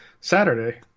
Saturday